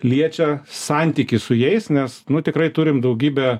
liečia santykis su jais nes nu tikrai turim daugybę